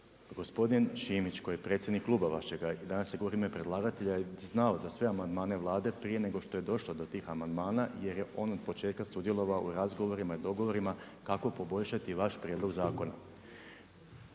Gospodin Šimić, koji je predsjednik kluba vašega i danas je govorio u ime predlagatelja znao za sve amandmane Vlade prije nego što je došlo do tih amandmana, jer je on od početka sudjelovao u razgovorima i dogovorima kako poboljšati vaš prijedlog zakona.